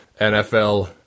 NFL